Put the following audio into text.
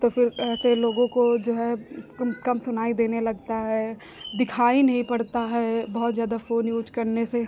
तो फिर कई लोगों को जो है कम कम सुनाई देने लगता है दिखाई नहीं पड़ता है बहुत ज़्यादा फ़ोन यूज़ करने से